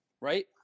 Right